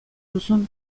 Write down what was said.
duzun